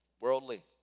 worldly